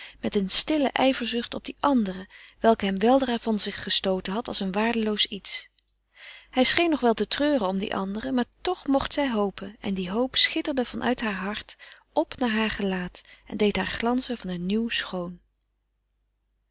met een stille ijverzucht op die andere welke hem weldra van zich gestooten had als een waardeloos iets hij scheen nog wel te treuren om die andere maar toch mocht zij hopen en die hoop schitterde van uit heur hart op naar heur gelaat en deed haar glanzen van een nieuw schoon